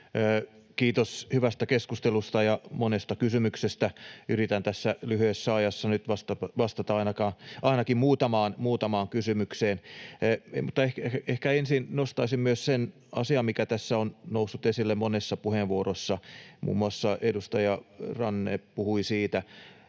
Kiitos hyvästä keskustelusta ja monesta kysymyksestä, yritän tässä lyhyessä ajassa nyt vastata ainakin muutamaan kysymykseen, mutta ehkä ensin nostaisin myös sen asian, mikä tässä on noussut esille monessa puheenvuorossa — muun muassa edustaja Ranne puhui siitä